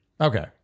okay